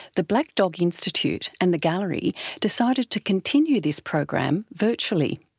the black dog institute and the gallery decided to continue this program virtually.